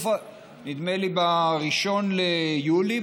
נדמה ב-1 ביולי,